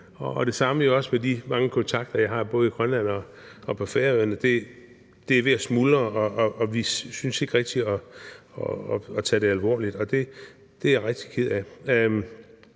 det samme med de mange kontakter, jeg har både i Grønland og på Færøerne. Det er ved at smuldre, og vi synes ikke rigtig at tage det alvorligt, og det er jeg rigtig ked af.